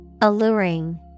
Alluring